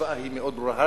המשוואה מאוד ברורה.